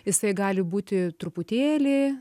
jisai gali būti truputėlį